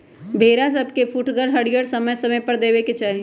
भेड़ा सभके पुठगर हरियरी समय समय पर देबेके चाहि